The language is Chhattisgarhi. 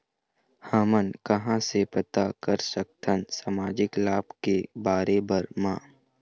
हमन कहां से पता कर सकथन सामाजिक लाभ के भरे बर मा?